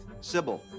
Sybil